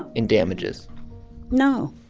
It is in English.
and damages no,